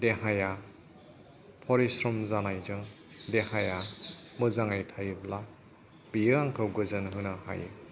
देहाया परिस्रम जानायजों देहाया मोजाङै थायोब्ला बेयो आंखौ गोजोन होनो हायो